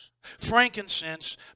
frankincense